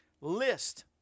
list